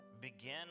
begin